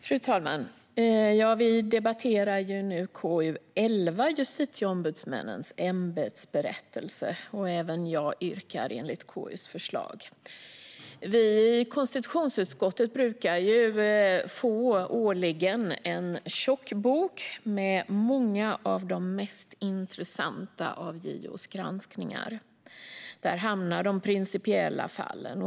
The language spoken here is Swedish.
Fru talman! Vi debatterar nu KU11 Justitieombudsmännens ämbetsberättelse . Även jag yrkar bifall till utskottets förslag. Vi i konstitutionsutskottet får årligen en tjock bok med många av de mest intressanta fallen av JO:s granskningar. Där hamnar de principiella fallen.